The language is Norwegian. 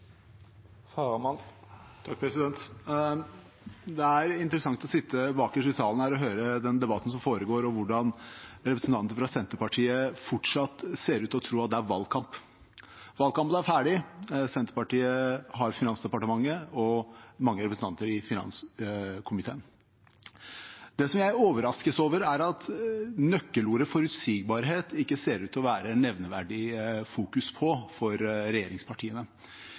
Det er interessant å sitte bakerst i salen her og høre den debatten som foregår, og hvordan representanter fra Senterpartiet fortsatt ser ut til å tro at det er valgkamp. Valgkampen er ferdig, og Senterpartiet har Finansdepartementet og mange representanter i finanskomiteen. Det jeg overraskes over, er at nøkkelordet forutsigbarhet ikke ser ut til å være nevneverdig i fokus for regjeringspartiene.